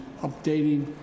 updating